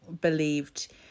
believed